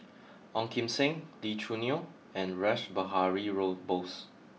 Ong Kim Seng Lee Choo Neo and Rash Behari Road Bose